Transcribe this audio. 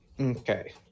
Okay